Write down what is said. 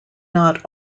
not